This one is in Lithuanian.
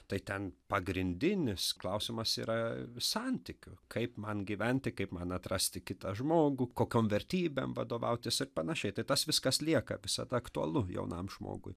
tai ten pagrindinis klausimas yra santykių kaip man gyventi kaip man atrasti kitą žmogų kokiom vertybėm vadovautis ir panašiai tai tas viskas lieka visada aktualu jaunam žmogui